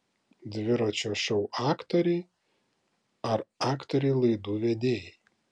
dviračio šou aktoriai ar aktoriai laidų vedėjai